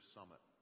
Summit